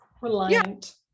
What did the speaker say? reliant